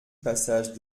passage